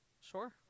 sure